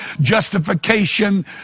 justification